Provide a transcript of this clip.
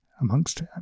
amongst